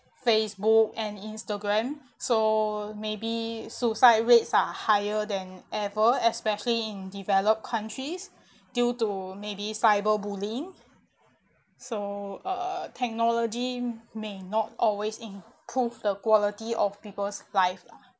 facebook and instagram so maybe suicide rates are higher than ever especially in developed countries due to maybe cyber bullying so uh technology may not always improve the quality of people's life lah